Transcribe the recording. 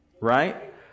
right